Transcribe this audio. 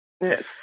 yes